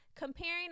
Comparing